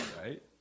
right